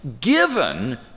given